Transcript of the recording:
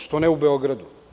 Što ne u Beogradu?